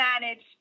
managed